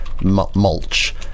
mulch